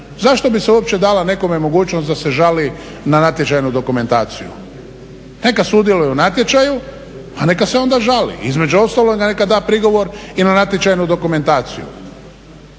Zašto bi se uopće dala nekome mogućnost da se žali na natječajnu dokumentaciju? Neka sudjeluje u natječaju, a neka se onda žali. Između ostaloga neka da prigovor i na natječajnu dokumentaciju,